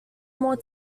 more